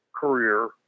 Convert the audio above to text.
career